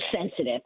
sensitive